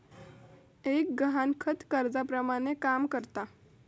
एक गहाणखत कर्जाप्रमाणे काम करता